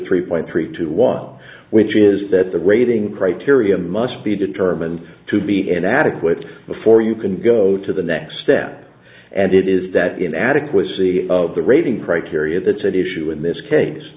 three point three two one which is that the rating criteria must be determined to be an adequate before you can go to the next step and it is that in adequacy of the rating criteria that's at issue in this case